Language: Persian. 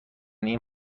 این